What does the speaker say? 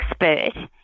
expert